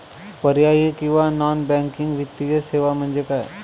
पर्यायी किंवा non banking वित्तीय सेवा म्हणजे काय?